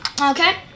Okay